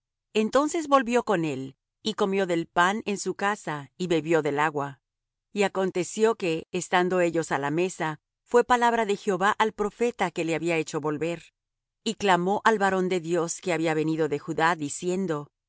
entonces volvió con él y comió del pan en su casa y bebió del agua y aconteció que estando ellos á la mesa fué palabra de jehová al profeta que le había hecho volver y clamó al varón de dios que había venido de judá diciendo